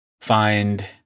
find